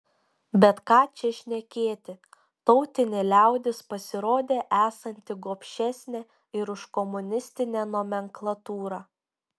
bet ką čia šnekėti tautinė liaudis pasirodė esanti gobšesnė ir už komunistinę nomenklatūrą